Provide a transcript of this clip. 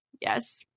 Yes